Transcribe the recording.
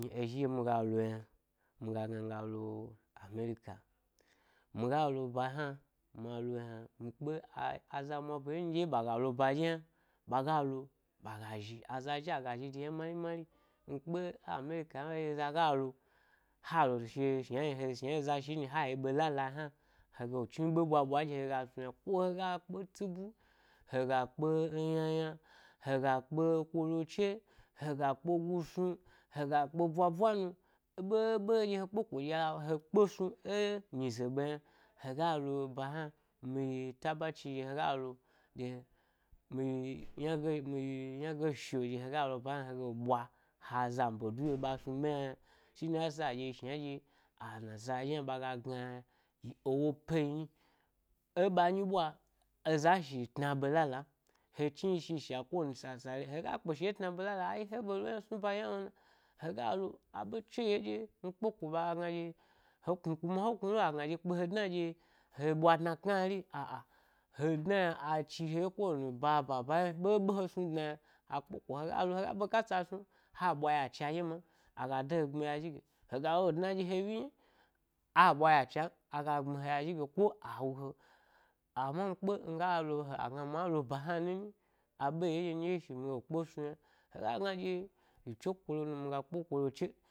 Ezhi dye miga lo yna miga gna miga lo-amerika, miga lo ba hna, ma lo yna, mikpe a, aza mwa bare nɗye ɓaga lo baɗye yna ɓaga lo ɓaga zhi aza zhi aga zhi de ayna mari mari nkpe e america hna eza galo, halo shi’o shna he shna eza shinyi ha yi ɓe lala n hna hega le chni ɓe ɓwa ɓwa nɗye he gas nu yna ko hega kpe eti by hega kpe yna yna, hega kpe kolo che, hega’ gusmi hega kpe ɓwa ɓwa mi, ɓeɓe ɗye he kpeko ɗye a he kpe snu e, nyize ɓe yna, hega lo ba hna, mi yi tabachi ɗye hega lo ɗye mi yi yna ge miyi ynage shi’o ɗye hega lo ba hna hega lo ɓwa ha zam be du ɗye ɓa snu ɓe hna yna, shne yasa a ɗye yi shna nɗye anassa ɗye ɓaga gna yi e woyi pe yi nyi. E ɓa nyi ‘ ɓwa, eza shi tna ɓ la la m, he chni shi shi a ko wani sasa leyi hega kpe shi ɗye tna’ ɓlala, ai he be lo yna snu e ba ɗye hna lo na? Hega lo aɓe cho yo edye he kpe ɓa ga gna ɗye he knu kuma he knu lo agna ɗye kpe he dna ɗye he ɓwa dna knari a, a, hedna a chi he wye ko wani bababa he ɗo ɓeɓe he snu dna yna a kpeko hegalo hega ɓkasa snu, he ɓwa y ache ɗye ma m, aga de gbmi ya zhige hegalo be chnia ɗye he wryi yna, a ɓwa ya cha m aga de he gbmiya zhige, ko a wu he, ama mi kpe, migalo, agna ma lo ba hna nini aɓe yo nɗye miɗye shi miga lo kpe snu yns, hrhs hns ɗye yi che kolo nu miga kpe kdo cho.